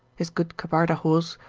his good kabarda horse,